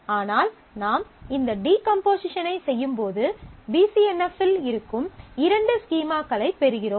ஆனால் நாம் இந்த டீகம்போசிஷனைச் செய்யும்போது பி சி என் எஃப் இல் இருக்கும் இரண்டு ஸ்கீமாகளைப் பெறுகிறோம்